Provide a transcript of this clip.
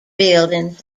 buildings